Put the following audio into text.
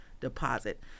Deposit